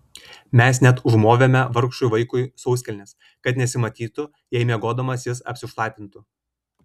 mes net užmovėme vargšui vaikui sauskelnes kad nesimatytų jei miegodamas jis apsišlapintų